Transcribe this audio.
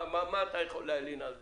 מה אתה יכול להלין על זה?